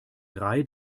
drei